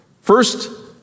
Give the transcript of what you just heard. First